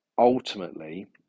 Ultimately